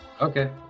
Okay